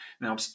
now